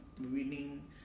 winning